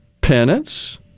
penance